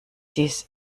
dies